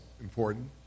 important